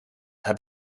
heb